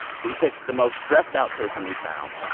we picked the most stressed-out person we found.